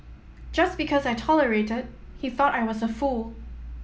just because I tolerated he thought I was a fool